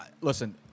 listen